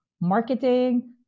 marketing